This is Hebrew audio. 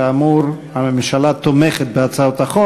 כאמור, הממשלה תומכת בהצעת החוק.